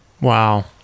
Wow